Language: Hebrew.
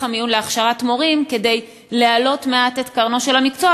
המיון להכשרת מורים כדי להעלות מעט את קרנו של המקצוע,